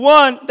one